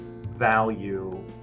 value